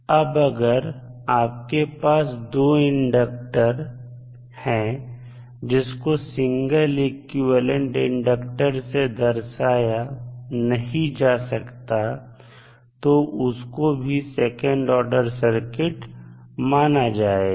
अब अगर आपके पास दो इंडक्टर हैं जिसको सिंगल इक्विवेलेंट इंडक्टर से दर्शाया नहीं जा सकता तो उसको भी सेकंड ऑर्डर सर्किट माना जाएगा